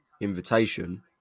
invitation